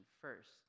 first